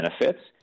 benefits